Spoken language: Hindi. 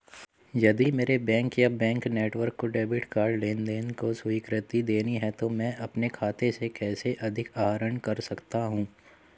यदि मेरे बैंक या बैंक नेटवर्क को डेबिट कार्ड लेनदेन को स्वीकृति देनी है तो मैं अपने खाते से कैसे अधिक आहरण कर सकता हूँ?